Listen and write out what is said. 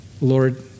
Lord